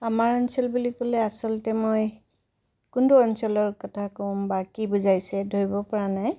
আমাৰ অঞ্চল বুলি ক'লে আচলতে মই কোনটো অঞ্চলৰ কথা ক'ম বা কি বুজাইছে ধৰিব পৰা নাই